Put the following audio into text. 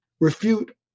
refute